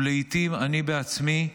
ולעיתים אני בעצמי,